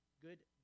Good